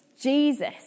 Jesus